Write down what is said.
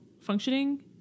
functioning